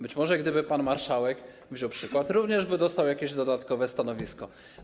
Być może gdyby pan marszałek wziął przykład, również dostałby jakieś dodatkowe stanowisko.